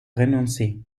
renoncer